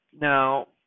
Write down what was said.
Now